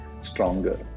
stronger